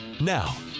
Now